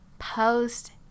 Post